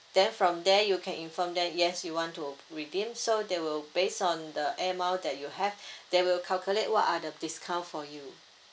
then from there you can inform them yes you want to redeem so they will base on the air mile that you have they will calculate what are the discount for you